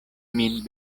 min